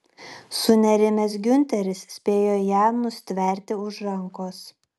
sunerimęs giunteris spėjo ją nustverti už rankos